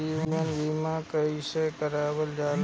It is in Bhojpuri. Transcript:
जीवन बीमा कईसे करल जाला?